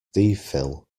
phil